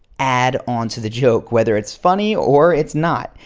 add on to the joke whether it's funny or it's not.